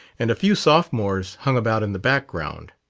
and a few sophomores hung about in the background.